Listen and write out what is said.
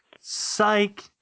psych